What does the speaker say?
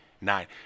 nine